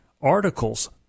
articles